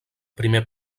primer